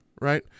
right